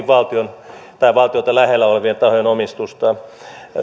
valtion tai valtiota lähellä olevien tahojen omistusta